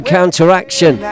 Counteraction